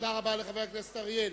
תודה רבה לחבר הכנסת אריאל.